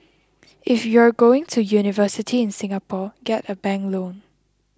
if you're going to university in Singapore get a bank loan